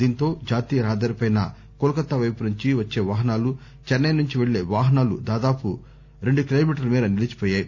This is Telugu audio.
దీంతో జాతీయ రహదారిపై కోల్ కత్తా వైపు నుంచి వచ్చే వాహనాలు చెన్నై నుంచి వెళ్ళే వాహనాలు దాదాపు రెండు కిలోమీటర్ల మేర నిలిచిపోయాయి